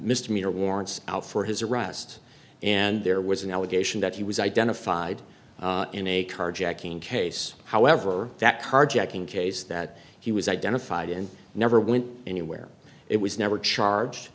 misdemeanor warrants out for his arrest and there was an allegation that he was identified in a carjacking case however that carjacking case that he was identified and never went anywhere it was never charge